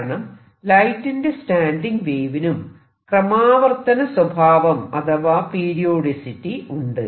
കാരണം ലൈറ്റിന്റെ സ്റ്റാന്റിംഗ് വേവിനും ക്രമാവർത്തനസ്വഭാവം അഥവാ പീരിയോഡിസിറ്റി ഉണ്ട്